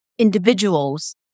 individuals